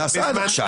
זה נעשה עד עכשיו.